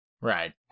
Right